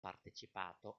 partecipato